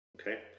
okay